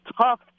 tough